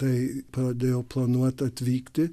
tai pradėjo planuot atvykti